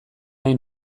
nahi